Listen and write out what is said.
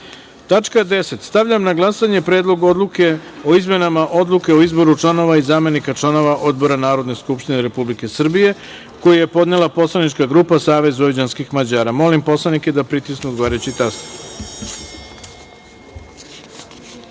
10.Stavljam na glasanje Predlog odluke o izmenama odluke o izboru članova i zamenika članova Odbora Narodne skupštine Republike Srbije, koji je podnela poslanička grupa Savez vojvođanskih Mađara. Molim poslanike da pritisnu odgovarajući